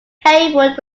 heywood